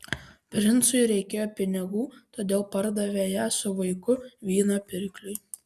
princui reikėjo pinigų todėl pardavė ją su vaiku vyno pirkliui